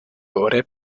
ore